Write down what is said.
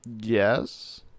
Yes